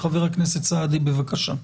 חברי הכנסת סעדי, בבקשה.